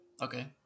okay